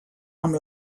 amb